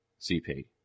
CP